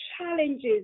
challenges